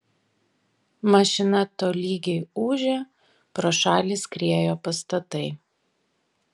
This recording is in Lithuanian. mašina tolygiai ūžė pro šalį skriejo pastatai